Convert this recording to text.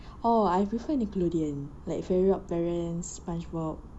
oh I prefer nickelodeon like fairy oddparents spongebob